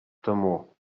temor